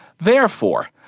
therefore,